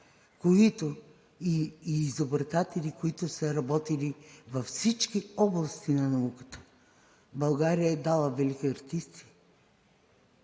учени и изобретатели, които са работили във всички области на науката. България е дала велики артисти